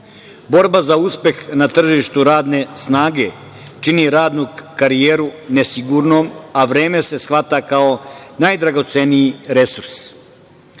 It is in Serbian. nas. Borba za uspeh na tržištu radne snage čini radnu karijeru nesigurnom, a vreme se shvata kao najdragoceniji resurs.